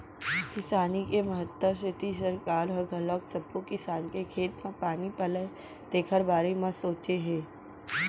किसानी के महत्ता सेती सरकार ह घलोक सब्बो किसान के खेत म पानी पलय तेखर बारे म सोचे हे